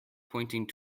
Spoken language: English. pointing